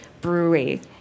brewery